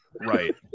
Right